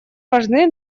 важны